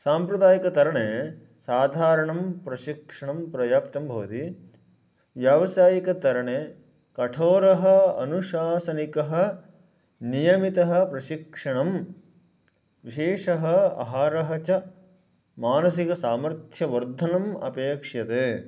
साम्प्रदायिकतरणे साधारणं प्रशिक्षणं पर्याप्तं भवति व्यावसायिकतरणे कठोरः अनुशासनिकः नियमितः प्रशिक्षणं विशेषः आहारः च मानसिकसामर्थ्यवर्धनम् अपेक्ष्यते